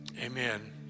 amen